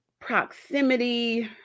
proximity